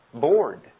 Bored